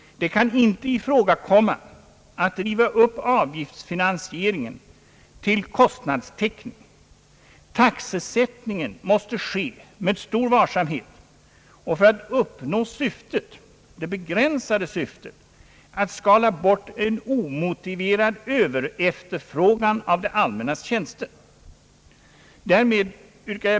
Det kan inte komma i fråga att driva upp avgiftsfinansieringen till kostnadstäckning. Taxesättningen måste ske med stor varsamhet för att uppnå syftet — det begränsade syftet att skala bort en omotiverad överefterfrågan av det allmännas tjänster.